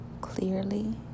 clearly